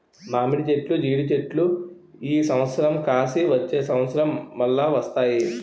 మామిడి చెట్లు జీడి చెట్లు ఈ సంవత్సరం కాసి వచ్చే సంవత్సరం మల్ల వస్తాయి